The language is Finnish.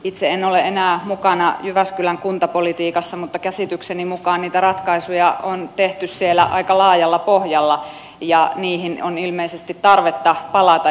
itse en ole enää mukana jyväskylän kuntapolitiikassa mutta käsitykseni mukaan niitä ratkaisuja on tehty siellä aika laajalla pohjalla ja niihin on ilmeisesti tarvetta palata